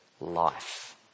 life